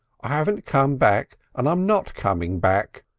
i haven't come back and i'm not coming back.